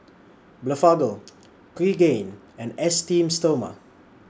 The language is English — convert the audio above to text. Blephagel Pregain and Esteem Stoma